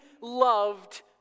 loved